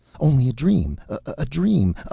only a dream. a dream.